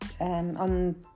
on